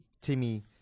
Timmy